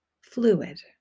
fluid